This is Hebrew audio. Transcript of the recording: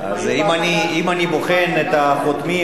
אם אני בוחן את החותמים,